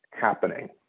happening